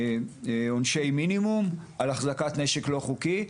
למשל ׳עונשי מינימום על החזקת נשק לא חוקי׳.